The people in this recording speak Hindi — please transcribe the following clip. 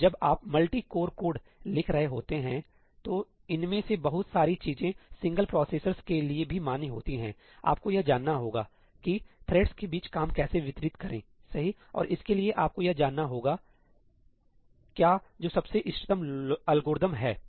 इसलिए जब आप मल्टी कोर कोड लिख रहे होते हैं तो इनमें से बहुत सारी चीजें सिंगल प्रोसेसर के लिए भी मान्य होती हैं आपको यह जानना होगा कि थ्रेड्स के बीच काम कैसे वितरित करेंसही और इसके लिए आपको यह जानना होगा क्या जो सबसे इष्टतम एल्गोरिदम हैं